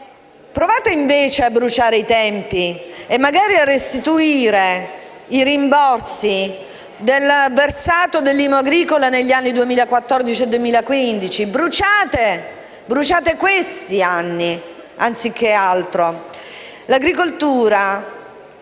provate invece a bruciare i tempi e magari a restituire i rimborsi del versato dell'IMU agricola degli anni 2014 e 2015. Bruciate questi di anni, anziché altro.